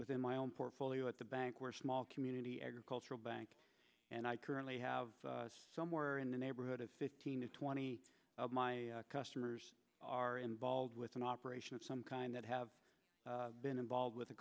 within my own portfolio at the bank where small community agricultural bank and i currently have somewhere in the neighborhood of fifteen to twenty of my customers are involved with an operation of some kind that have been involved with the